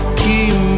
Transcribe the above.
keep